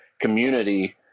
community